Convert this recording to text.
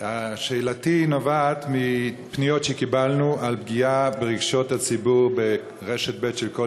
שאלתי נובעת מפניות שקיבלנו על פגיעה ברגשות הציבור ברשת ב' של קול